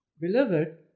Beloved